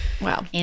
Wow